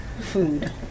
food